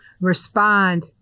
respond